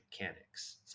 mechanics